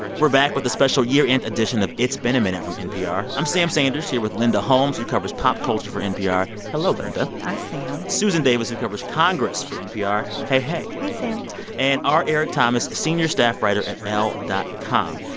we're back with a special year-end edition of it's been a minute from npr. i'm sam sanders, here with linda holmes, who covers pop culture for npr. hello, linda hi, sam susan davis, who covers congress for npr. hey, hey hey, sam and r. eric thomas, senior staff writer at elle dot com.